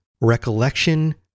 recollection